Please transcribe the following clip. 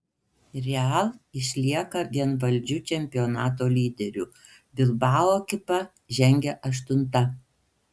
real išlieka vienvaldžiu čempionato lyderiu bilbao ekipa žengia aštunta